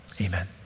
amen